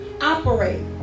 operate